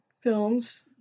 films